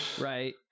Right